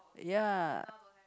ya